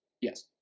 Yes